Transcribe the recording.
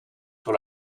sur